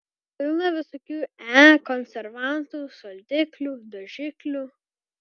pilna visokių e konservantų saldiklių dažiklių